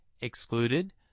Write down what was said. excluded